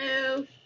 Hello